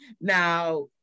now